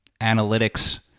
analytics